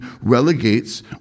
relegates